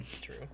True